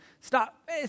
stop